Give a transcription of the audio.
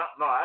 no